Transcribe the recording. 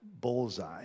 bullseye